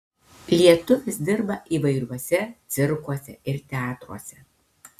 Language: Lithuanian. lietuvis dirba įvairiuose cirkuose ir teatruose